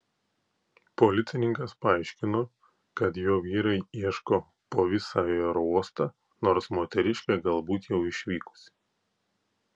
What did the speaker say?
policininkas paaiškino kad jo vyrai ieško po visą aerouostą nors moteriškė galbūt jau išvykusi